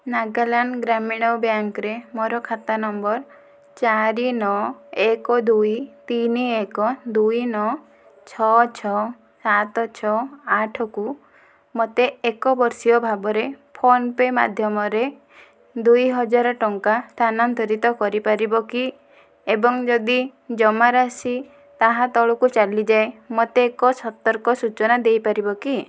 ନାଗାଲାଣ୍ଡ୍ ଗ୍ରାମୀଣ ବ୍ୟାଙ୍କ୍ରେ ମୋର ଖାତା ନମ୍ବର୍ ଚାରି ନଅ ଏକ ଦୁଇ ତିନ ଏକ ଦୁଇ ନଅ ଛଅ ଛଅ ସାତ ଛଅ ଆଠକୁ ମୋତେ ଏକ ବର୍ଷୀୟ ଭାବରେ ଫୋନ୍ପେ ମାଧ୍ୟମରେ ଦୁଇହଜାର ଟଙ୍କା ସ୍ଥାନାନ୍ତରିତ କରିପାରିବ କି ଏବଂ ଯଦି ଜମାରାଶି ତାହା ତଳକୁ ଚାଲିଯାଏ ମୋତେ ଏକ ସତର୍କ ସୂଚନା ଦେଇପାରିବ କି